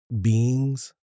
beings